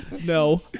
no